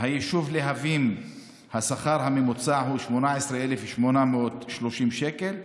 ביישוב להבים השכר הממוצע הוא 18,830 שקל,